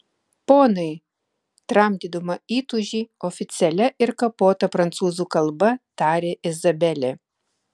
ponai tramdydama įtūžį oficialia ir kapota prancūzų kalba tarė izabelė